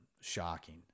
shocking